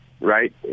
right